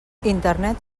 internet